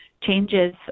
changes